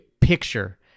picture